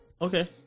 Okay